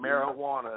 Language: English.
marijuana